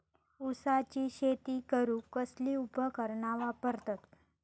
ऊसाची शेती करूक कसली उपकरणा वापरतत?